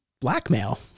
Blackmail